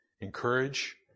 encourage